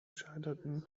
scheiterten